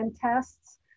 tests